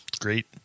great